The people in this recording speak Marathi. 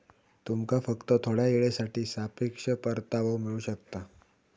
तुमका फक्त थोड्या येळेसाठी सापेक्ष परतावो मिळू शकता